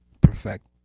perfect